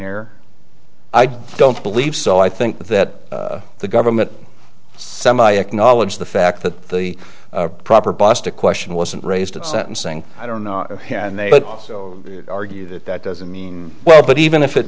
r i don't believe so i think that the government some i acknowledge the fact that the proper busta question wasn't raised at sentencing i don't know and they would also argue that that doesn't mean well but even if it